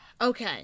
Okay